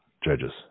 judges